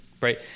Right